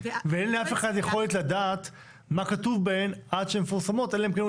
ואין לאף אחד יכולת לדעת מה כתוב בהן עד שהן מפורסמות אלא אם כן הוא